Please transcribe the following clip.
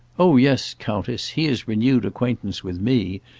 oh yes, countess he has renewed acquaintance with me,